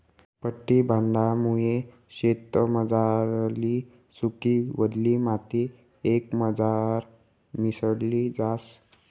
पट्टी बांधामुये शेतमझारली सुकी, वल्ली माटी एकमझार मिसळी जास